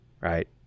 right